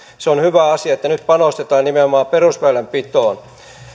se on hyvä asia että nyt panostetaan nimenomaan perusväylänpitoon